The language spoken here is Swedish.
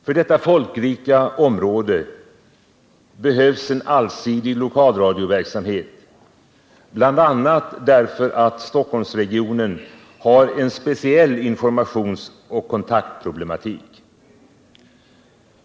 För detta folkrika område behövs en allsidig lokalradioverksamhet, bl.a. därför att Stockholmsregionen har en speciell informationsoch kontaktproblematik.